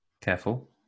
Careful